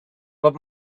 but